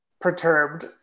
perturbed